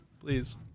Please